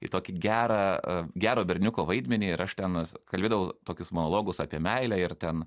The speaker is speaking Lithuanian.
į tokį gerą gero berniuko vaidmenį ir aš temas kalbėdavau tokius monologus apie meilę ir ten